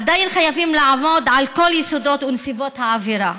עדיין חייבים לעמוד על כל יסודות ונסיבות העבירה.